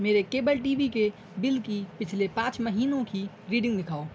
میرے cable T V کے bill کی پچھلے پانچ مہینوں کی ریڈنگ دکھاؤ